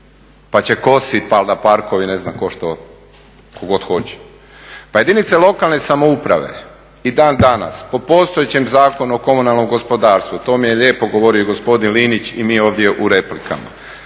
pa će kositi valjda parkove i ne znam, tko što, tko god hoće. Pa jedinice lokalne samouprave i dan danas po postojećem Zakonu o komunalnom gospodarstvu, to vam je lijepo govorio i gospodin Linić i … ovdje u replikama,